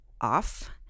off